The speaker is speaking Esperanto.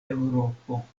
eŭropo